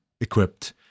equipped